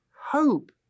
hope